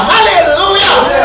Hallelujah